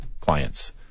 clients